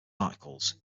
articles